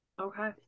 Okay